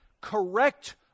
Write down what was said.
correct